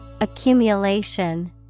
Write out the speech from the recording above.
Accumulation